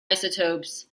isotopes